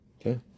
okay